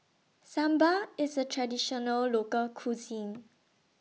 Sambar IS A Traditional Local Cuisine